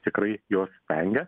tikrai jos vengia